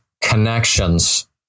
connections